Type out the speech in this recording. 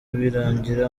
birangira